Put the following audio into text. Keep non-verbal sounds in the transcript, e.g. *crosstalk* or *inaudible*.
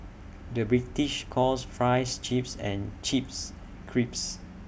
the British calls Fries Chips and chips *unintelligible*